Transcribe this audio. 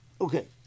Okay